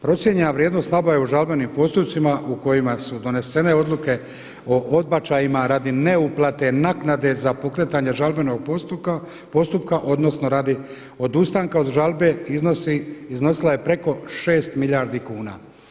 Procijenjena vrijednost nabave u žalbenim postupcima u kojima su donesene odluke o odbačajima radi ne uplate naknade za pokretanje žalbenog postupka odnosno radi odustanka od žalbe iznosila je preko 6 milijardi kuna.